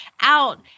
out